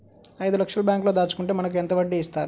ఐదు లక్షల బ్యాంక్లో దాచుకుంటే మనకు ఎంత వడ్డీ ఇస్తారు?